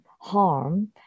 harm